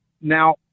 now